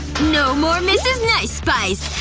no more mrs. nice spice.